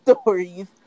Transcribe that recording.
stories